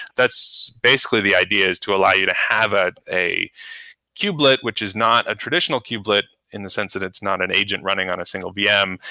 that's basically the idea, is to allow you to have ah a kubelet, which is not a traditional kubelet in the sense that it's not an agent running on a single vm,